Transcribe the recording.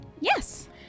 Yes